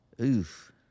oof